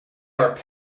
are